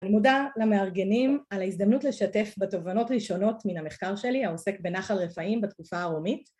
אני מודה למארגנים על ההזדמנות לשתף בתובנות ראשונות מן המחקר שלי העוסק בנחל רפאים בתקופה הרומית